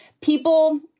people